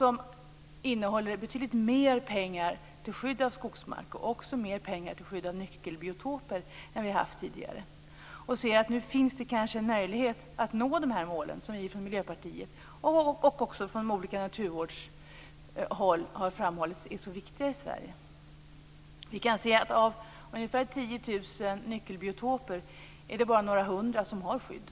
Den innehåller betydligt mer pengar till skydd av skogsmark och mer pengar till skydd av nyckelbiotoper än tidigare budgetar. Nu finns det kanske en möjlighet att nå de mål som vi från Miljöpartiet och som man från naturvårdshåll har framhållit är så viktiga i Sverige. Vi kan se att av ungefär 10 000 nyckelbiotoper är det bara några hundra som har skydd.